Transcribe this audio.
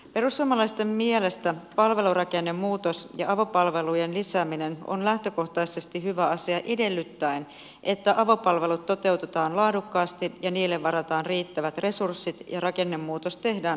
perussuomalaisten mielestä palvelurakennemuutos ja avopalvelujen lisääminen on lähtökohtaisesti hyvä asia edellyttäen että avopalvelut toteutetaan laadukkaasti ja niille varataan riittävät resurssit ja rakennemuutos tehdään hallitusti